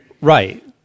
right